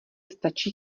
stačí